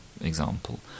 example